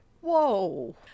whoa